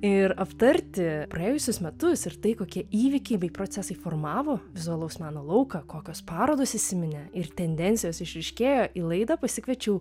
ir aptarti praėjusius metus ir tai kokie įvykiai bei procesai formavo vizualaus meno lauką kokios parodos įsiminė ir tendencijos išryškėjo į laidą pasikviečiau